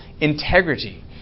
integrity